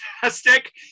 fantastic